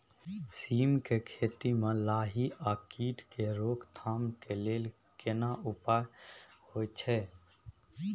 सीम के खेती म लाही आ कीट के रोक थाम के लेल केना उपाय होय छै?